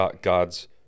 God's